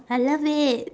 I love it